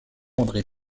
andré